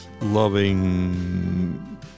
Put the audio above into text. loving